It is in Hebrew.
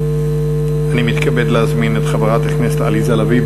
אני מתכבד להזמין את חברת הכנסת עליזה לביא,